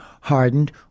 hardened